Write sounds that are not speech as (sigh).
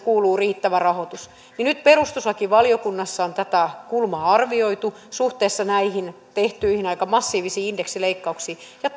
(unintelligible) kuuluu riittävä rahoitus niin nyt perustuslakivaliokunnassa on tätä kulmaa arvioitu suhteessa näihin tehtyihin aika massiivisiin indeksileikkauksiin ja (unintelligible)